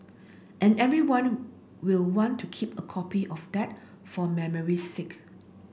and everyone will want to keep a copy of that for memory's sake